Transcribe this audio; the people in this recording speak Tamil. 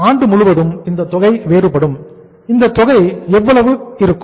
ஆண்டு முழுவதும் இந்த தொகை வேறுபடும் அந்த தொகை எவ்வளவு இருக்கும்